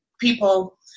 people